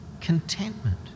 Contentment